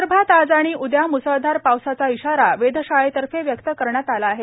विदर्भात आज आणि उद्या म्सळधार पावसाचा इशारा वेध शाळेतर्फ व्यक्त करण्यात आला आहे